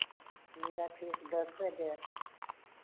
मेरा फेस दस से ग्यारह